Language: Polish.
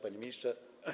Panie Ministrze!